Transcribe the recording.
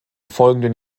folgenden